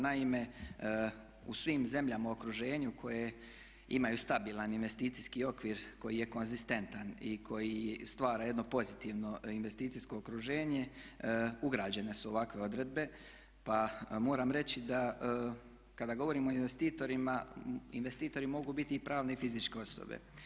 Naime, u svim zemljama u okruženju koje imaju stabilan investicijski okvir koji je konzistentan i koji stvara jedno pozitivno investicijsko okruženje ugrađene su ovakve odredbe pa moram reći da kada govorimo o investitorima investitori mogu biti i pravne i fizičke osobe.